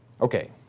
Okay